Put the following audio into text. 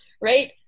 right